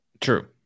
True